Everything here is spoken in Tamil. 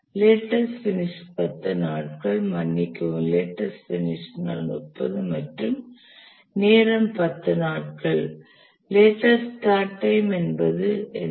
லேட்டஸ்ட் பினிஷ் 10 நாட்கள் மன்னிக்கவும் லேட்டஸ்ட் பினிஷ் நாள் 30 மற்றும் நேரம் 10 நாட்கள் லேட்டஸ்ட் ஸ்டார்ட் டைம் என்பது என்ன